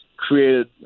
created